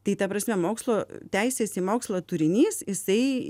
tai ta prasme mokslo teisės į mokslą turinys jisai